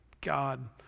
God